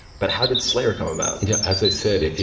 but how did slayer come about? yeah. as i said,